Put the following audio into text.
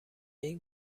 این